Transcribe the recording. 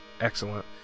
Excellent